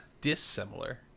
dissimilar